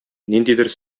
ниндидер